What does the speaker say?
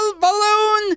balloon